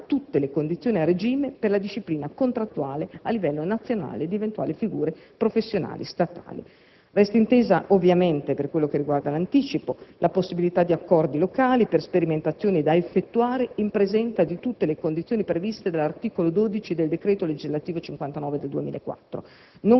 per assicurare tutte le condizioni a regime per la disciplina contrattuale a livello nazionale di eventuali figure professionali statali. Resta intesa ovviamente, per quel che riguarda l'anticipo, la possibilità di accordi locali per sperimentazioni da effettuare in presenza di tutte le condizioni previste dall'articolo 12 del decreto legislativo n. 59 del 2004,